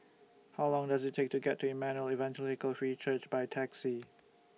How Long Does IT Take to get to Emmanuel Evangelical Free Church By Taxi